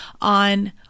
on